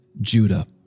Judah